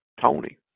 Tony